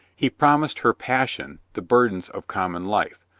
he promised her passion the burdens of common life,